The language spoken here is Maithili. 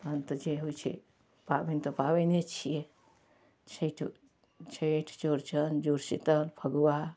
हँ तऽ जे होइ छै पाबनि तऽ पाबिने छियै छैठो छठि चौड़चन जुड़शीतल फगुआ